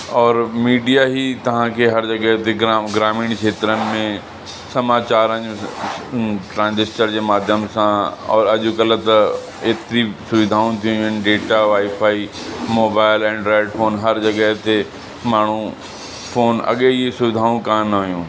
और मीडिया ई तव्हां खे हर जॻहि ते ग्राम ग्रामीण क्षेत्रनि में समाचारनि जो ट्रांजेस्टर जे माध्यम सां और अॼु कल्ह त एतिरी सुविधाऊं थी वयूं आहिनि data wifi mobile and headphone हर जॻहि ते माण्हूं फ़ोन अॻे ई सुविधाऊं कोन हुयूं